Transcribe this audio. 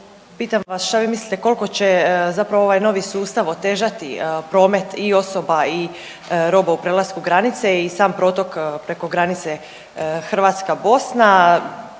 pitam vas šta vi mislite koliko će zapravo ovaj novi sustav otežati promet i osoba i roba u prelasku granice i sam protok preko granice Hrvatska Bosna,